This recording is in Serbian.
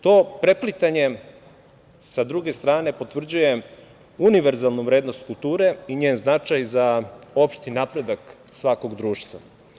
To preplitanje sa druge strane potvrđuje univerzalnu vrednost kulture i njen značaj za opštini napredak svakog društva.